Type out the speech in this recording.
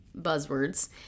buzzwords